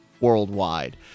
worldwide